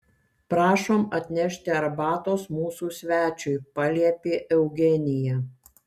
prašom atnešti arbatos mūsų svečiui paliepė eugenija